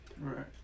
Right